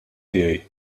tiegħi